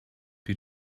due